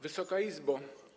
Wysoka Izbo!